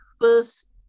first